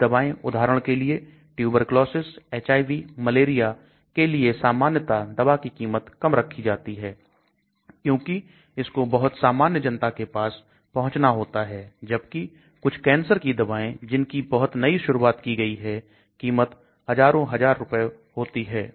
कुछ दवाएं उदाहरण के लिए Tuberculosis HIV Malaria के लिए सामान्यता दवा की कीमत कम रखी जाती है क्योंकि इसको बहुत सामान्य जनता के पास पहुंचना होता है जबकि कुछ कैंसर की दवाएं जिनकी बहुत नई शुरुआत की गई है कीमत हजारों हजार रुपए होती है